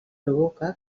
provoca